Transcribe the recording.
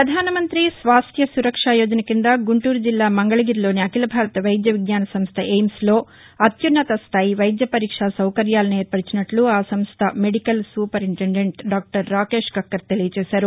ప్రధాన మంతి స్వాస్ల్య సురక్ష యోజన కింద గుంటూరు జిల్లా మంగళగిరిలోని అఖిల భారత వైద్య విజ్ఞాన సంస్ట ఎయిమ్స్లో అత్యున్నత స్టాయి వైద్య పరీక్షా సౌకర్యాలను ఏర్పరచినట్లు ఆ సంస్ట medical superintendent doctor Rakesh Kakkar తెలియజేశారు